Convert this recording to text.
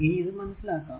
ഇനി ഇത് മനസിലാക്കാം